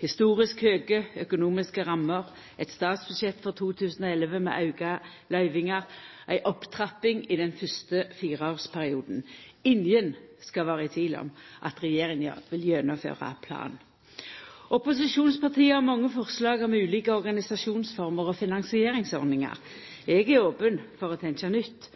Historisk høge økonomiske rammer, eit statsbudsjett for 2011 med auka løyvingar, ei opptrapping i den fyrste fireårsperioden; ingen skal vera i tvil om at regjeringa vil gjennomføra planen. Opposisjonspartia har mange forslag om ulike organisasjonsformer og finansieringsordningar. Eg er open for å tenkja nytt.